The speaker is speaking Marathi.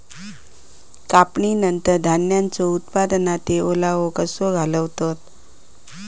कापणीनंतर धान्यांचो उत्पादनातील ओलावो कसो घालवतत?